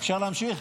אפשר להמשיך?